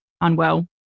unwell